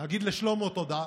להגיד לשלמה תודה.